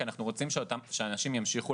כי אנחנו רוצים שאנשים איכותיים ימשיכו